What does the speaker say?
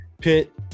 pit